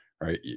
right